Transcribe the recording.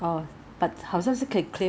你不可能每天开 air-con right